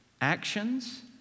actions